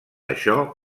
això